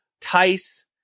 Tice